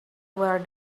where